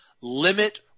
limit